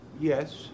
Yes